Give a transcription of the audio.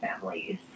families